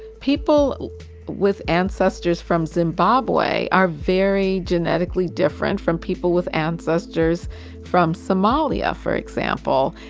people with ancestors from zimbabwe are very genetically different from people with ancestors from somalia, for example.